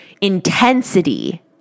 intensity